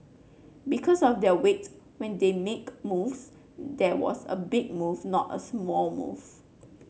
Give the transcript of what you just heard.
because of their weight when they make moves there was a big move not a small move